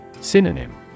Synonym